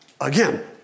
again